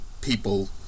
people